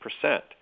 percent